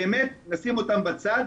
באמת לשים אותם בצד